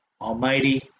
almighty